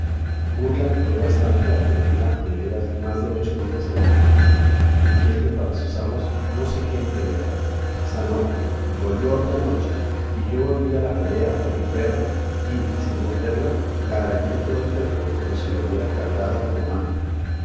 burla que fue bastante a tenerla de veras más de ocho días en la cama fingiendo para con sus amos no sé qué enfermedad sanó volvió otra noche y yo volví a la pelea con mi perra y sin morderla la arañé todo el cuerpo como si la hubiera cardado como manta